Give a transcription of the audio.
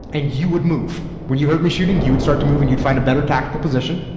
and you would move. when you heard me shooting, you would start to move and you'd find a better tactical position.